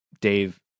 Dave